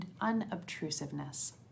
unobtrusiveness